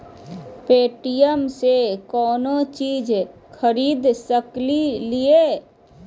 Paytm से कौनो चीज खरीद सकी लिय?